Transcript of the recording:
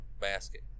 basket